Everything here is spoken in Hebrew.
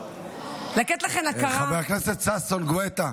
לתת לכן הכרה חבר הכנסת ששון גואטה,